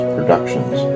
Productions